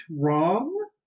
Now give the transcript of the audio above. wrong